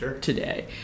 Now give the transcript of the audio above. today